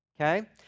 Okay